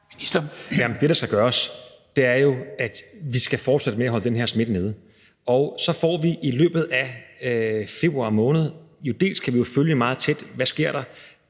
Det, der skal gøres, er jo, at vi skal fortsætte med at holde den her smitte nede. Og så vil vi i løbet af februar måned kunne følge meget tæt, hvad der sker: